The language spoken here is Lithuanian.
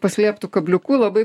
paslėptu kabliuku labai